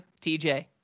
TJ